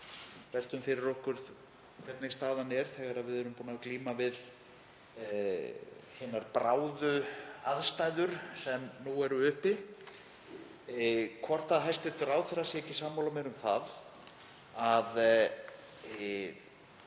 veltum fyrir okkur hvernig staðan er þegar við erum búin að glíma við hinar bráðu aðstæður sem nú eru uppi, er hæstv. ráðherra þá ekki sammála mér um það að